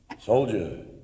Soldier